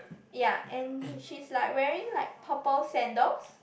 ya and he she's like wearing like purple sandals